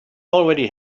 already